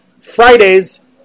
fridays